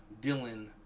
Dylan